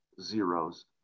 zeros